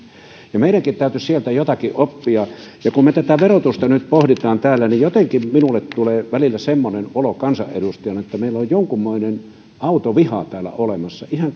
ja meidänkin täytyisi sieltä jotakin oppia kun me tätä verotusta nyt pohdimme täällä niin jotenkin minulle tulee välillä semmoinen olo kansanedustajana että meillä on jonkunmoinen autoviha täällä olemassa ihan